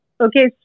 Okay